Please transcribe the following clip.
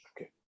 Okay